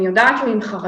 אני יודעת שהוא עם חרדה.